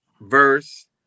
verse